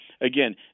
Again